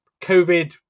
covid